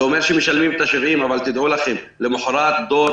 זה אומר שמשלמים את ה-70 אבל תדעו לכם: למחרת דור